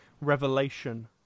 revelation